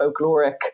folkloric